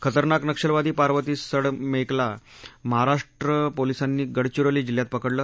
खतरनाक नक्षलवादी पार्वती सडमेकला महाराष्ट्र पोलिसांनी गडविरोली जिल्ह्यात पकडलं